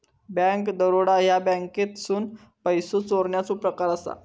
bank दरोडा ह्या बँकेतसून पैसो चोरण्याचो प्रकार असा